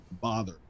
bother